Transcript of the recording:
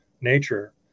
nature